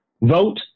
vote